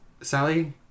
Sally